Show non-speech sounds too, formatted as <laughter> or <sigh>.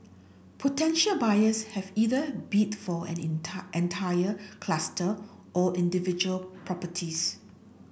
potential buyers have either bid for an <unintelligible> entire cluster or individual properties